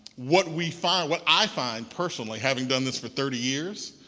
what we find, what i find personally having done this for thirty years,